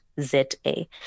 Z-A